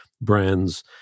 brands